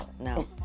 no